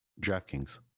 DraftKings